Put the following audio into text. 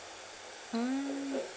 mm